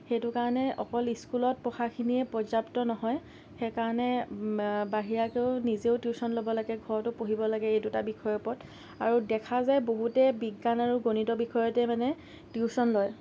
সেইটো কাৰণে অকল স্কুলত পঢ়াখিনিয়ে পৰ্যাপ্ত নহয় সেইকাৰণে বাহিৰাকেও নিজেও টিউচন ল'ব লাগে ঘৰতো পঢ়িব লাগে এই দুটা বিষয়ৰ ওপৰত আৰু দেখা যায় বহুতে বিজ্ঞান আৰু গণিতৰ বিষয়তে মানে টিউচন লয়